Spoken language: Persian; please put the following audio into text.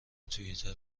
توییتر